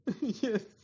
Yes